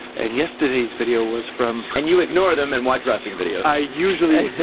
and yesterday's video was from. and you ignore them and watch wrestling videos. i usually